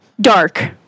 Dark